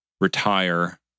retire